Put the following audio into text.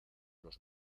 los